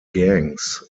gangs